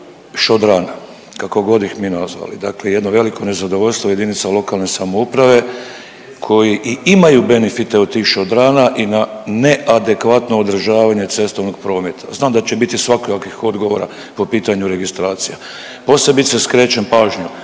šodrana kako god ih mi nazvali, dakle jedno veliko nezadovoljstvo jedinica lokalne samouprave koji i imaju benefite od tih šodrana i na neadekvatno održavanje cestovnog prometa. Znam da će biti svakojakih odgovora po pitanju registracija. Posebice skrećem pažnju